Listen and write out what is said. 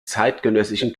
zeitgenössischen